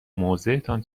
موضعتان